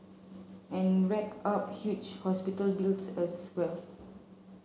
and rack up huge hospital bills as well